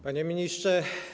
Panie Ministrze!